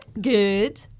Good